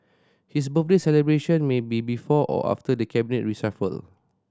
his birthday celebration may be before or after the Cabinet reshuffle